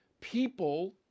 people